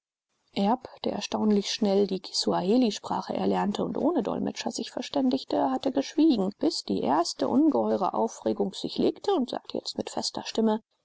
der erstaunlich schnell die kisuahelisprache erlernte und ohne dolmetscher sich verständigte hatte geschwiegen bis die erste ungeheure aufregung sich legte und sagte jetzt mit fester stimme